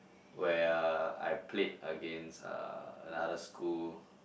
where I played against another school